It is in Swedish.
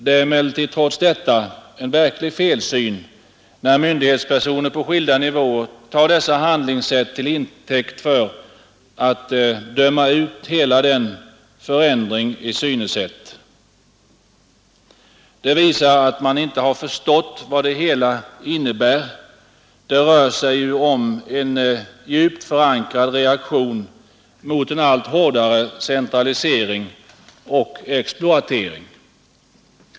Det är emellertid en verklig felsyn när myndighetspersoner på skilda nivåer tar dessa människors handlingssätt till intäkt för att döma ut denna förändring i synsätt. Det visar att man inte har förstått vad det hela innebär. Det rör sig ju om en djupt förankrad reaktion mot en allt hårdare centralisering och exploatering.